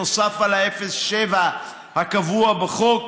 נוסף על ה-0.7% הקבוע בחוק,